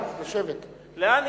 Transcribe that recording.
עם